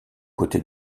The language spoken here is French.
côté